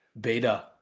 beta